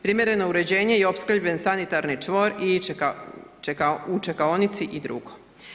Primjereno uređenje i opskrbljen sanitarni čvor i u čekaonici i drugo.